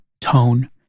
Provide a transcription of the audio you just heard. tone